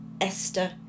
Esther